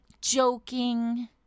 joking